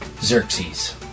Xerxes